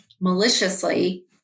maliciously